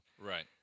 Right